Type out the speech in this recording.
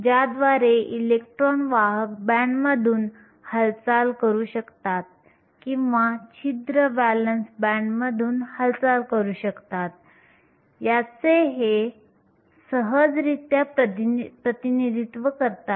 ज्याद्वारे इलेक्ट्रॉन वाहक बँडमधून हालचाल करू शकतात किंवा छिद्र व्हॅलेन्स बँडमधून हालचाल करू शकतात याचे ते सहजरित्या प्रतिनिधित्व करतात